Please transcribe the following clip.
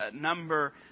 number